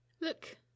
Look